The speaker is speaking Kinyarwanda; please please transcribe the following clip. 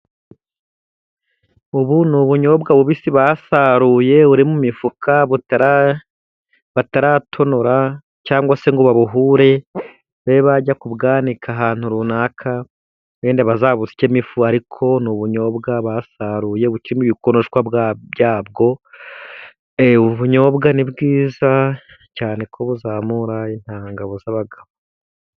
Ubu ni ubunyobwa bubisi basaruye, buri mu mifuka, bataratonora cyangwa se ngo babuhure babe bajya kubwanika ahantu runaka, wenda bazabusyemo ifu, ariko ni ubunyobwa basaruye, bukiri mu bikonoshwa byabwo. Ubunyobwa ni bwiza cyane kuko buzamura intanga ngabo z'abagabo.